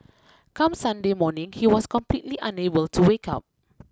come Sunday morning he was completely unable to wake up